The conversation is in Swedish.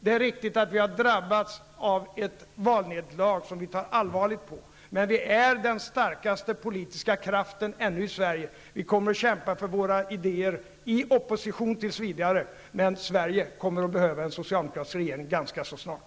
Det är riktigt att vi har drabbats av ett valnederlag som vi tar allvarligt på, men vi är fortfarande den starkaste politiska kraften i Sverige, och vi kommer att kämpa för våra idéer -- tills vidare i opposition. Men Sverige kommer att behöva en socialdemokratisk regering ganska snart.